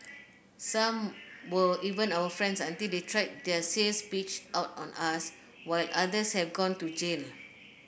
some were even our friends until they tried their sales pitch out on us while others have gone to jail